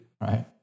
Right